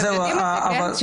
אתם יודעים את זה, כן?